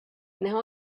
now